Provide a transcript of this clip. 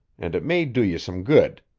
and it may do ye some good.